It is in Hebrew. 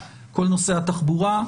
כל נושא התחבורה.